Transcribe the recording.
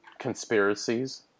conspiracies